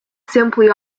simply